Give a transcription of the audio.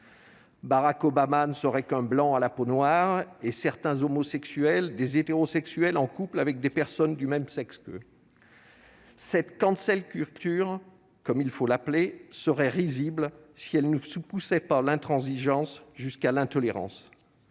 Barack Obama ne serait qu'un blanc à la peau noire et certains homosexuels des hétérosexuels en couple avec des personnes du même sexe que. Cette cancel culture comme il faut l'appeler serait risible si elle ne par l'intransigeance jusqu'à l'intolérance,